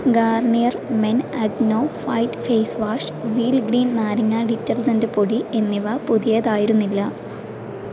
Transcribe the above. Garnier Men Acno Fight face wash Wheel green നാരങ്ങ detergent പൊടി എന്നിവ പുതിയതായിരുന്നില്ല